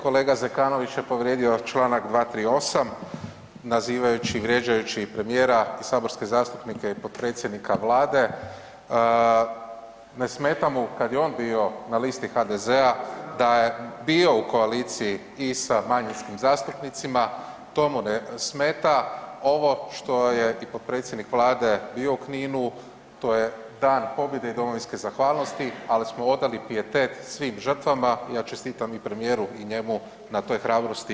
Kolega Zekanović je povrijedio Članak 238. nazivajući i vrijeđajući i premijera i saborske zastupnike i potpredsjednika Vlade, ne smeta mu kad je on bio na listi HDZ-a da je bio u koaliciji i sa manjinskim zastupnicima, to mu ne smeta, ovo što je i potpredsjednik Vlade bio u Kninu to je Dan pobjede i domovinske zahvalnosti, ali smo odali pijetet svim žrtvama i evo čestitam i premijeru i njemu na toj hrabrosti.